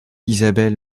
isabel